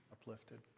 uplifted